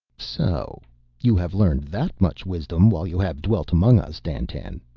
so you have learned that much wisdom while you have dwelt among us, dandtan?